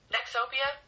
Nexopia